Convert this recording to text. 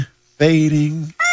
fading